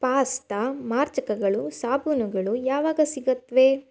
pasta ಮಾರ್ಜಕಗಳು ಸಾಬೂನುಗಳು ಯಾವಾಗ ಸಿಗುತ್ವೆ